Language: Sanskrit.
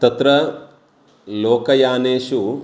तत्र लोकयानेषु